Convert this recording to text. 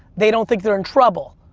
they don't think they're in trouble.